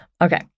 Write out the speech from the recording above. Okay